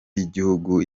y’igihugu